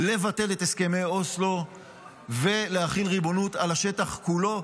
לבטל את הסכמי אוסלו ולהכין ריבונות על השטח כולו.